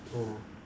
mm